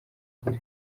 agira